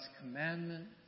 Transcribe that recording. commandments